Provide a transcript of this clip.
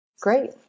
Great